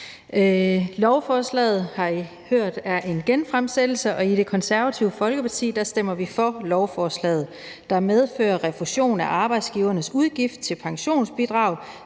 Lovforslaget har I hørt er en genfremsættelse, og i Det Konservative Folkeparti stemmer vi for lovforslaget, der medfører en refusion af arbejdsgivernes udgift til pensionsbidrag